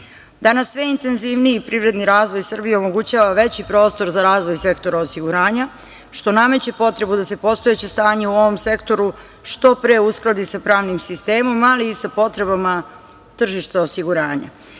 sve intenzivniji privredni razvoj Srbije omogućava veći prostor za razvoj sektora osiguranja, što nameće potrebu da se postojeće stanje u ovom sektoru što pre uskladi sa pravnim sistemom, ali i sa potrebama tržišta osiguranja. Upravo